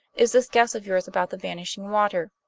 is this guess of yours about the vanishing water?